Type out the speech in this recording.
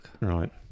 Right